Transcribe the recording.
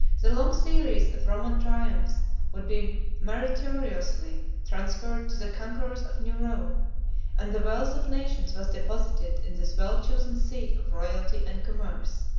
the long series of roman triumphs would be meritoriously transferred to the conquerors of new rome and the wealth of nations was deposited in this well-chosen seat of royalty and commerce.